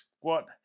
squat